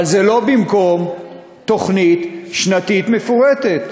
אבל זה לא במקום תוכנית שנתית מפורטת.